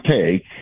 take